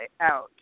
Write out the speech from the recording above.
out